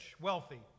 wealthy